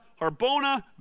Harbona